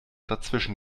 dazwischen